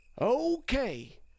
Okay